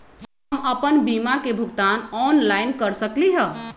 हम अपन बीमा के भुगतान ऑनलाइन कर सकली ह?